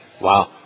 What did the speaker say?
Wow